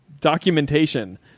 documentation